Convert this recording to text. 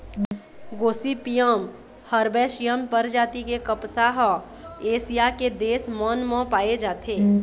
Gossypium herbaceum परजाति के कपसा ह एशिया के देश मन म पाए जाथे